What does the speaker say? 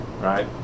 right